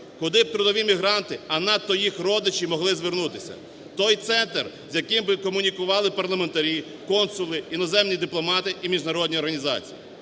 куди б трудові мігранти, а надто їх родичі, могли звернутися, той центр, з яким би комунікували парламентарі, консули, іноземні дипломати і міжнародні організації.